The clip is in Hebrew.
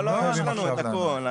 לא, לא, יש לנו את הכל.